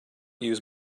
use